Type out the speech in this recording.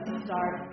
start